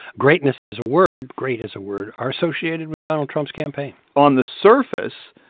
greatness as a word, great as a word, are associated with donald trump's campaign on the surface,